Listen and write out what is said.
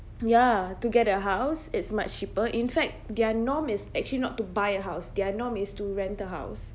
ya to get a house it's much cheaper in fact their norm is actually not to buy a house their norm is to rent a house